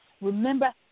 remember